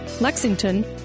Lexington